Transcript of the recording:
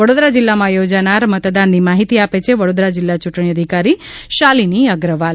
વડોદરા જિલ્લામાં યોજાનાર મતદાનની માહિતી આપે છે વડોદરા જિલ્લા ચૂંટણી અધિકારી શાલીની અગ્રવાલ